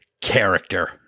character